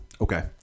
Okay